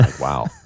wow